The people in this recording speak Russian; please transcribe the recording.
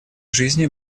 жизни